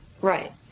Right